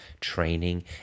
training